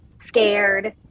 scared